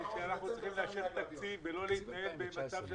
מפני שאנחנו צריכים לאשר תקציב ולא להתנהל במצב של